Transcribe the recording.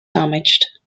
damaged